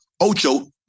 Ocho